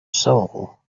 soul